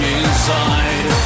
inside